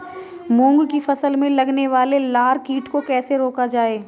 मूंग की फसल में लगने वाले लार कीट को कैसे रोका जाए?